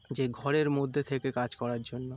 যে ঘরের মধ্যে থেকে কাজ করার জন্য